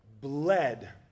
bled